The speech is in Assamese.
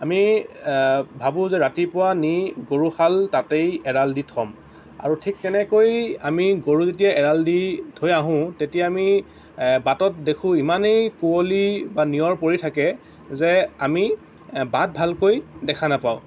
আমি ভাবোঁ যে ৰাতিপুৱা নি গৰুহাল তাতেই এৰাল দি থ'ম আৰু ঠিক তেনেকৈ আমি গৰু যেতিয়া এৰাল দি থৈ আহোঁ তেতিয়া আমি বাটত দেখো ইমানেই কুঁৱলী বা নিয়ৰ পৰি থাকে যে আমি বাট ভালকৈ দেখা নাপাওঁ